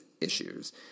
issues